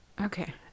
okay